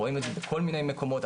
רואים את זה בכל מיני מקומות,